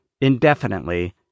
indefinitely